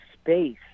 space